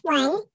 one